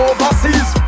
Overseas